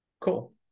Cool